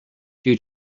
due